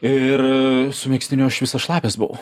ir su megztiniu aš visas šlapias buvo